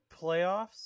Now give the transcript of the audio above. playoffs